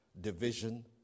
division